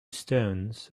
stones